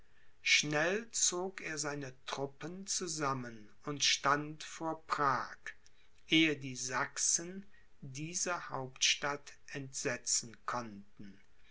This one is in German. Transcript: schnell zog er seine truppen zusammen und stand vor prag ehe die sachsen diese hauptstadt entsetzen konnten